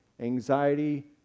anxiety